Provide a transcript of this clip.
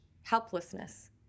helplessness